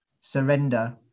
surrender